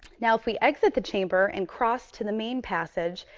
now, if we exit the chamber and cross to the main passage,